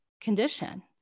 condition